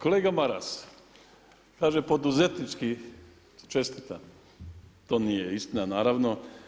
Kolega Maras, kaže poduzetnički čestitam, to nije istina, naravno.